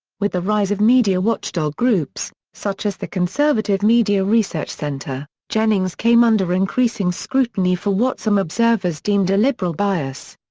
with the rise of media watchdog groups, such as the conservative media research center, jennings came under increasing scrutiny for what some observers deemed a liberal bias.